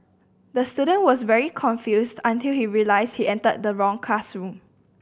the student was very confused until he realised he entered the wrong classroom